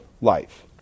life